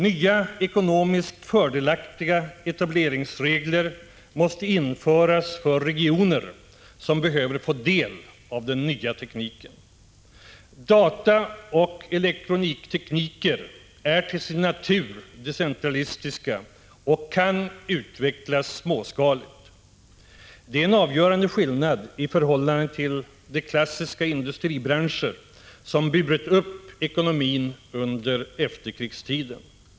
Nya ekonomiskt fördelaktiga etableringsregler måste införas för regioner som behöver få del av den nya tekniken. Data och elektroniktekniker är till sin natur decentralistiska och kan utvecklas småskaligt. Det är en avgörande skillnad i förhållande till de klassiska industribranscher som burit upp ekonomin under efterkrigstiden.